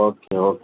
okay okay